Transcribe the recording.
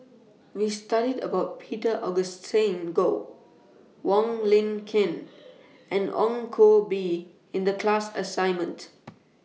We studied about Peter Augustine Goh Wong Lin Ken and Ong Koh Bee in The class assignment